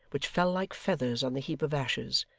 which fell like feathers on the heap of ashes,